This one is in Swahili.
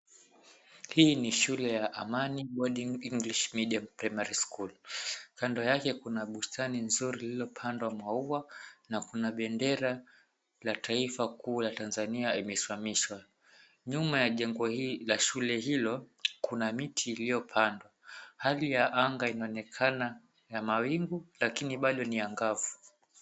Hii ni shule ya Amani Boarding English Media Primary School. Kando yake kuna bustani nzuri lililopandwa maua, na kuna bendera ya taifa kuu ya Tanzania imesamishwa. Nyuma ya jengo la shule hilo, kuna miti iliyopandwa. Hali ya anga inaonekana ya mawingu lakini bado ni ya angavu.